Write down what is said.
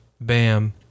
Bam